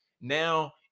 now